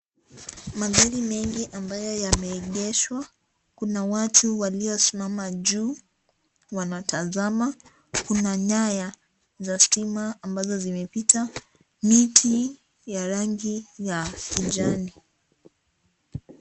Magari mengi ambayo yameegeshwa, kuna watu waliosimama juu wanatazama, kuna nyaya za stima ambazo zimepita, miti ya rangi ya kijani.